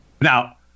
Now